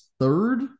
Third